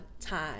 time